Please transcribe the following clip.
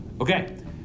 Okay